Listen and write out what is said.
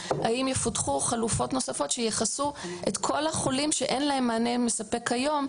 האם יפותחו חלופות נוספות שיכסו את כל החולים שאין להם מענה מספק כיום,